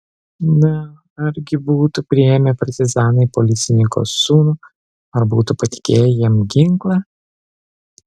na argi būtų priėmę partizanai policininko sūnų ar būtų patikėję jam ginklą